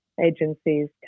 agencies